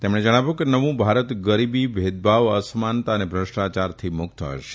તેમણે જણાવ્યું કે નવું ભારત ગરીબી ભેદભાવ અસમાનતા અને ભ્રષ્ટાયારથી મુક્ત હશે